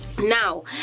Now